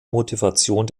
motivation